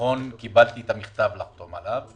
נכון שקיבלתי את המכתב לחתום עליו.